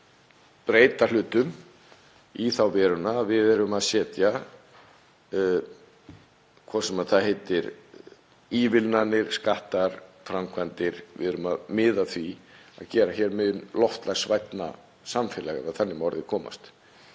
að breyta hlutum í þá veru að við erum að setja, hvort sem það heita ívilnanir, skattar eða framkvæmdir, við erum að miða að því að gera hér mun loftslagsvænna samfélag, ef þannig má að orði komast.